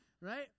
right